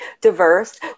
diverse